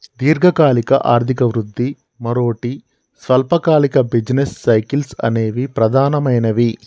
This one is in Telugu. దీర్ఘకాలిక ఆర్థిక వృద్ధి, మరోటి స్వల్పకాలిక బిజినెస్ సైకిల్స్ అనేవి ప్రధానమైనవి